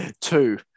Two